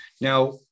Now